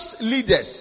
leaders